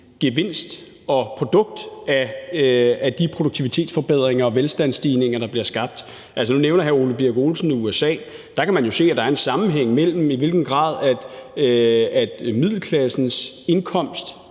gevinst og produkt af de produktivitetsforbedringer og velstandsstigninger, der bliver skabt. Altså, nu nævner hr. Ole Birk Olesen USA, og der kan man jo se, at der er en sammenhæng mellem, i hvilken grad middelklassens indkomst